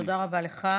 תודה רבה לך.